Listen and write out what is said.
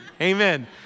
Amen